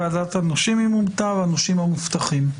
ועדת הנושים והנושים המובטחים.